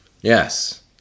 Yes